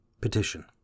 Petition